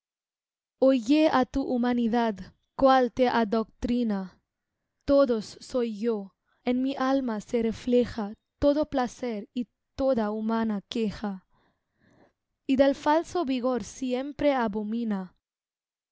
oye á tu humanidad cual te adoctrina todos soy yo en mi alma se refleja todo placer y toda humana queja y del falso vigor siempre abomina